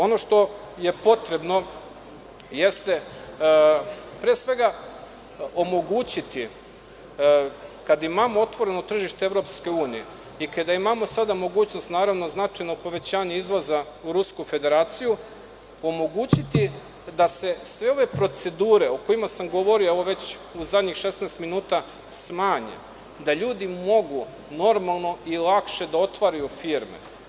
Ono što je potrebno jeste, pre svega omogućiti, kada imamo otvoreno tržište EU i kada imamo sada mogućnost, naravno značajno povećanje izvoza u Rusku Federaciju, omogućiti da se sve procedure o kojima sam govorio, evo već u zadnjih 16 minuta smanje, da ljudi mogu normalno i lakše da otvaraju firme.